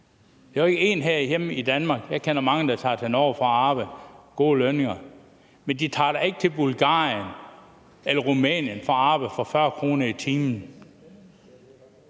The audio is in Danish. end vi har i Danmark. Jeg kender mange, der tager til Norge for at arbejde, og de får gode lønninger, men de tager da ikke til Bulgarien eller Rumænien for at arbejde for 40 kr. i timen.